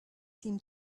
seem